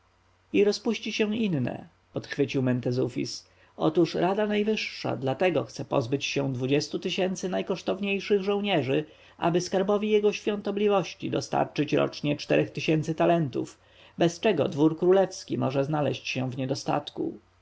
i rozpuści się inne podchwycił mentezufis otóż rada najwyższa dlatego chce pozbyć się dwudziestu tysięcy najkosztowniejszych żołnierzy aby skarbowi jego świątobliwości dostarczyć rocznie czterech tysięcy talentów bez czego dwór królewski może znaleźć się w niedostatku